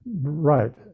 Right